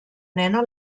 nena